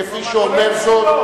כפי שאומר זאת,